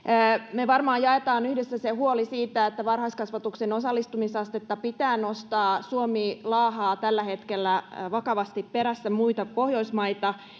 me varmaan jaamme yhdessä sen huolen siitä että varhaiskasvatuksen osallistumisastetta pitää nostaa suomi laahaa tällä hetkellä vakavasti perässä muita pohjoismaita